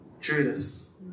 Judas